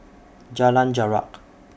Jalan Jarak